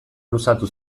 luzatu